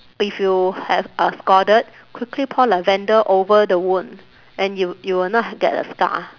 if you have uh scalded quickly pour lavender over the wound and you you will not get a scar